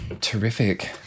Terrific